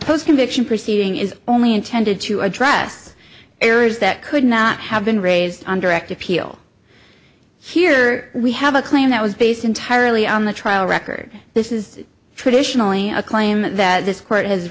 post conviction proceeding is only intended to address areas that could not have been raised on direct appeal here we have a claim that was based entirely on the trial record this is traditionally a claim that this court has